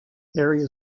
area